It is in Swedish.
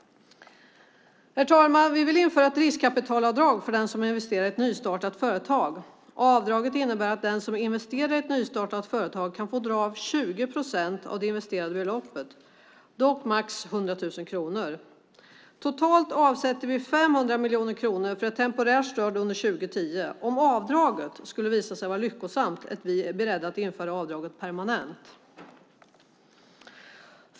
Herr talman! Vi vill införa ett riskkapitalavdrag för den som investerar i ett nystartat företag. Avdraget innebär att den som investerar i ett nystartat företag kan få dra av 20 procent av det investerade beloppet, dock max 100 000 kronor. Totalt avsätter vi 500 miljoner kronor för ett temporärt stöd under 2010. Om avdraget skulle visa sig vara lyckosamt är vi beredda att införa avdraget permanent.